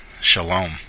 Shalom